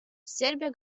сербия